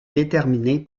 déterminer